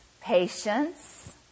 patience